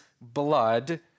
blood